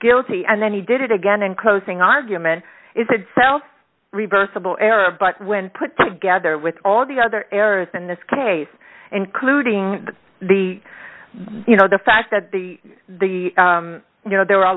guilty and then he did it again in closing argument is itself reversible error but when put together with all the other errors in this case including the you know the fact that you know there are a